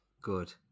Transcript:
Good